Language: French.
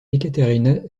ekaterina